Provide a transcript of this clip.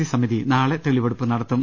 C സമിതി നാളെ തെളിവെടുപ്പ് നടത്തും